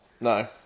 No